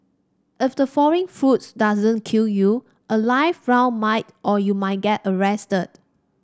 if the falling fruit doesn't kill you a live round might or you might get arrested